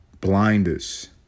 blinders